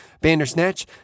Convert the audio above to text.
Bandersnatch